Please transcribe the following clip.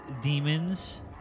Demons